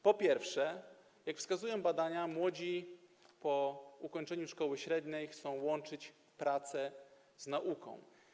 Po pierwsze, jak wskazują badania, młodzi po ukończeniu szkoły średniej chcą łączyć pracę z nauką.